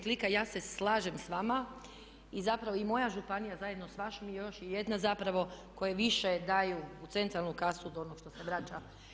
Kolega … [[Govornica se ne razumije.]] ja se slažem s vama i zapravo i moja županija zajedno sa vašom još je jedna zapravo koje više daju u centralnu kasu od onog što se vraća.